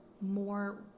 more